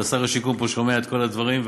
אבל שר השיכון פה שומע את כל הדברים,